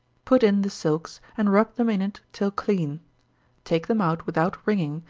put in the silks, and rub them in it till clean take them out without wringing,